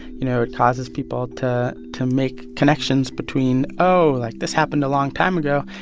you know, it causes people to to make connections between, oh, like this happened a long time ago.